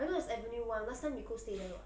I know it's avenue one last time nicole stay there [what]